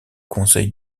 conseil